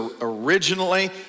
originally